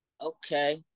okay